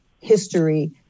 history